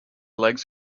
legs